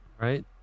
Right